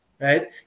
right